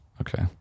Okay